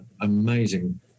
amazing